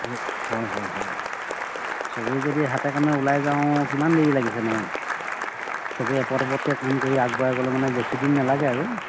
হয় হয় হয় সবেই যদি হাতে কামে ওলাই যাওঁ কিমান দেৰি লাগিছেনো সবেই এপদ এপদকৈ কাম কৰি আগবঢ়াই গ'লে মানে বেছি দিন নালাগে আৰু